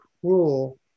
cruel